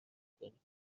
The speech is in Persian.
کنیم